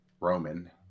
Roman